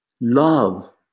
love